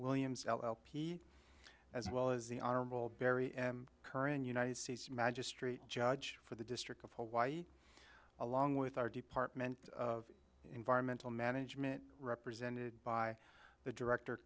williams lp as well as the honorable barry m curran united states magistrate judge for the district of hawaii along with our department of environmental management represented by the director